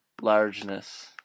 largeness